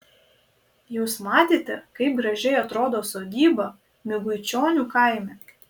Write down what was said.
jūs matėte kaip gražiai atrodo sodyba miguičionių kaime